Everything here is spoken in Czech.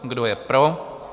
Kdo je pro?